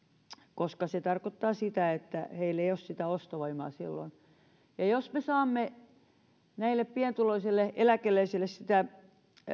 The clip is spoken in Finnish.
koska se tarkoittaa sitä että heillä ei ole ostovoimaa silloin jos me saisimme näille pienituloisille eläkeläisille sitä